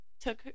took